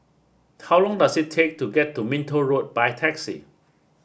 how long does it take to get to Minto Road by taxi